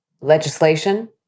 legislation